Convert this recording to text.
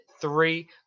three